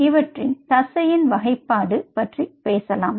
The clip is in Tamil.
இவற்றின் தசையின் வகைப்பாடு பற்றி பேசலாம்